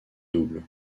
double